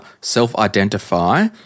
self-identify